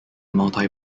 multi